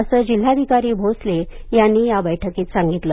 असे जिल्हाधिकारी भोसले यांनी या बैठकीत सांगितलं